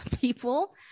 people